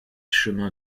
chemin